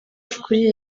kuri